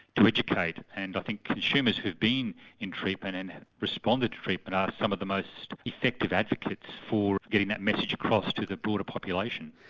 to educate and i think consumers who've been in treatment and responded to treatment are some of the most effective advocates for getting that message across to the broader population.